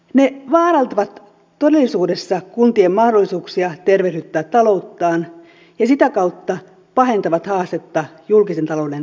ne vaarantavat todellisuudessa kuntien mahdollisuuksia tervehdyttää talouttaan ja sitä kautta pahentavat haastetta julkisen talouden tasapainottamisessa